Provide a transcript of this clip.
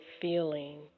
feeling